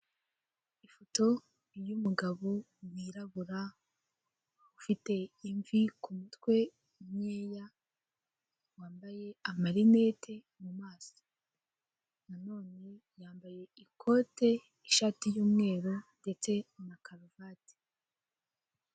Ifoto y'umugabo wirabura ufite imvi k'umutwe nkeya wambaye amarinete mumaso, nanone yambaye ikote ishati y'umweru ndetse na karuvate.